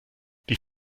die